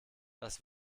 das